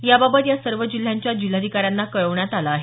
याबाबत या सर्व जिल्ह्यांच्या जिल्हाधिकाऱ्यांना कळवण्यात आलं आहे